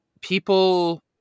people